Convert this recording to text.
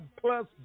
plus